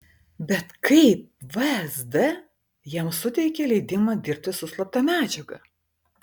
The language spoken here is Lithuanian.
bet kaip vsd jam suteikė leidimą dirbti su slapta medžiaga